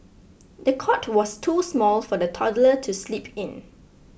the cot was too small for the toddler to sleep in